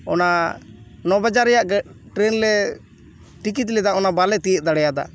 ᱚᱱᱟ ᱱᱚ ᱵᱟᱡᱟᱜ ᱨᱮᱭᱟᱜ ᱜᱟᱹ ᱴᱨᱮᱹᱱ ᱞᱮ ᱴᱤᱠᱤᱴ ᱞᱮᱫᱟ ᱚᱱᱟ ᱵᱟᱞᱮ ᱛᱤᱭᱳᱜ ᱫᱟᱲᱮᱭᱟᱫᱟ